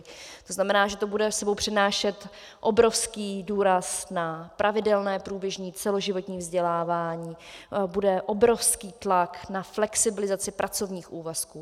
To znamená, že to bude s sebou přinášet obrovský důraz na pravidelné průběžné celoživotní vzdělávání, bude obrovský tlak na flexibilizaci pracovních úvazků.